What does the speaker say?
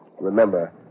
Remember